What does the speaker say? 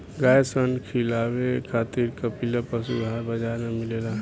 गाय सन खिलावे खातिर कपिला पशुआहार बाजार में मिलेला